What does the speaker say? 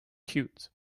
cute